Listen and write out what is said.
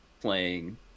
playing